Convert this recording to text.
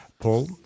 Paul